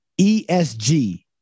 ESG